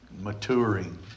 maturing